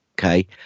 Okay